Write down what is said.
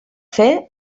fer